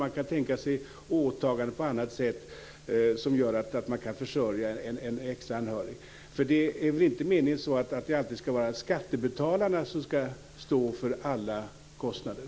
Man kan tänka sig åtaganden på annat sätt som gör att det är möjligt att försörja en extra anhörig. Det är väl inte meningen att det alltid skall vara skattebetalarna som skall stå för alla kostnader?